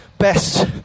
best